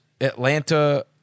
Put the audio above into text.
Atlanta